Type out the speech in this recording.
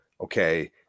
okay